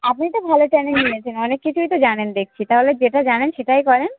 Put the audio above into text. আপনি তো ভালো টেনিং নিয়েছেন অনেক কিছুই তো জানেন দেখছি তাহলে যেটা জানেন সেটাই করেন